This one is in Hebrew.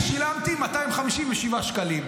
אני שילמתי 257 שקלים.